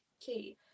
key